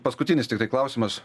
paskutinis tiktai klausimas